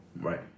Right